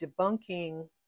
debunking